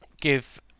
give